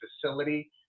facility